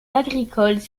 agricoles